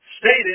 Stated